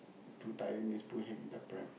too tired means put him in the pram